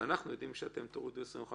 ואנחנו יודעים שתורידו 25%,